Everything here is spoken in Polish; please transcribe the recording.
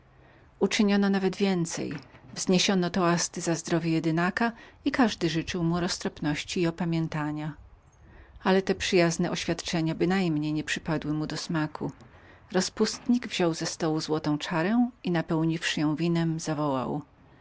więcej nawet uczyniono wzniesiono toasty za zdrowie jedynaka i każdy życzył mu roztropności i upamiętania ale te przyjazne oświadczenia bynajmniej nie przypadły mu do smaku rozpustnik wziął ze stołu złotą czarę i napełniwszy ją winem zawołał